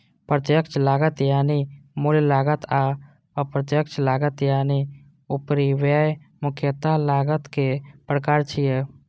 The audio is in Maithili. प्रत्यक्ष लागत यानी मूल लागत आ अप्रत्यक्ष लागत यानी उपरिव्यय मुख्यतः लागतक प्रकार छियै